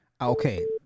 Okay